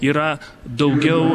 yra daugiau